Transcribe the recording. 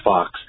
Fox